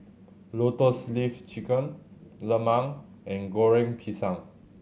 Lotus Leaf Chicken lemang and Goreng Pisang